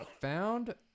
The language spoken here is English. Found